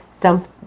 dump